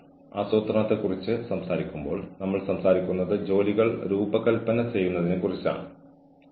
അനുസരണക്കേട് നിങ്ങൾ സംശയിക്കുമ്പോഴെല്ലാം ജീവനക്കാരൻ പ്രതീക്ഷിച്ചത് ചെയ്യാത്തത് എന്തുകൊണ്ടാണെന്ന് നിങ്ങൾക്ക് കണ്ടെത്താൻ കഴിയുമെങ്കിൽ അത് സഹായിക്കും